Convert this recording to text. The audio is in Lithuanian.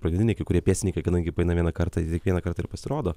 pagrindiniai kai kurie pėstininkai kadangi paeina vieną kartą jie ir kiekvieną kartą pasirodo